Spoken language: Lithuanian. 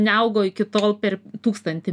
neaugo iki tol per tūkstantį